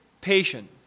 patient